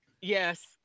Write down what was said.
Yes